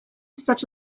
such